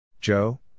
Joe